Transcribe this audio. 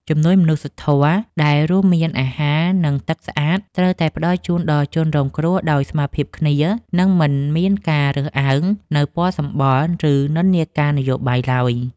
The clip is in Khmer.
ជំនួយមនុស្សធម៌ដែលរួមមានអាហារ និងទឹកស្អាតត្រូវតែផ្តល់ជូនដល់ជនរងគ្រោះដោយស្មើភាពគ្នា និងមិនមានការរើសអើងនូវពណ៌សម្បុរ ឬនិន្នាការនយោបាយឡើយ។